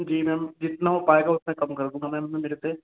जी ma'am जितना हो पाएगा उतना कम कर दूंगा मैंम मेरे से